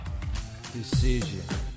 Decision